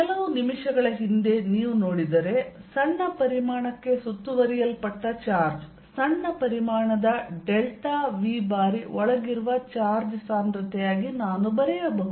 ಕೆಲವು ನಿಮಿಷಗಳ ಹಿಂದೆ ನೀವು ನೋಡಿದರೆ ಸಣ್ಣ ಪರಿಮಾಣಕ್ಕೆ ಸುತ್ತುವರಿಯಲ್ಪಟ್ಟ ಚಾರ್ಜ್ ಸಣ್ಣ ಪರಿಮಾಣದ ಡೆಲ್ಟಾ v ಬಾರಿ ಒಳಗಿರುವ ಚಾರ್ಜ್ ಸಾಂದ್ರತೆಯಾಗಿ ನಾನು ಬರೆಯಬಹುದು